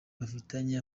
bafitanye